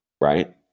right